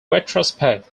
retrospect